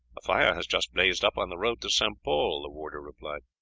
a fire has just blazed up on the road to st. pol, the warder replied.